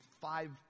five